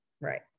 Right